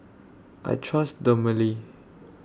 I Trust Dermale